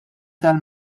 tal